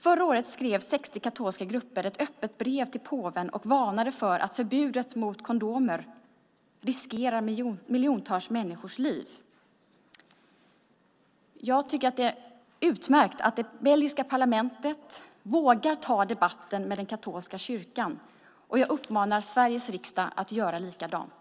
Förra året skrev 60 katolska grupper ett öppet brev till påven och varnade för att förbudet mot kondomer riskerar miljontals människors liv. Jag tycker att det är utmärkt att det belgiska parlamentet vågar ta debatten med katolska kyrkan, och jag uppmanar Sveriges riksdag att göra likadant.